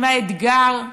עם האתגר,